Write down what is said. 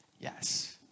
Yes